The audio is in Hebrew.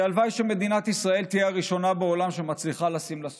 והלוואי שמדינת ישראל תהיה הראשונה בעולם שמצליחה לשים לה סוף.